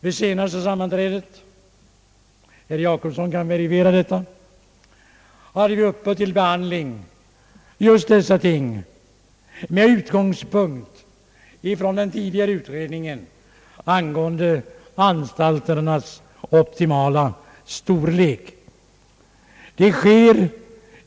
Vid senaste sammanträdet — herr Jacobsson kan verifiera det — hade vi just dessa frågor uppe till behandling med utgångspunkt från den tidigare utredningen om anstalternas optimala storlek.